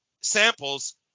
samples